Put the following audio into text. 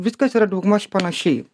viskas yra daugmaž panašiai